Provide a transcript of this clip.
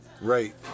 Right